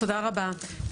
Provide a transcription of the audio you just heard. תודה רבה.